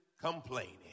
complaining